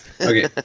okay